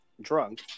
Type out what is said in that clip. drunk